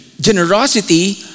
Generosity